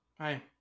Hi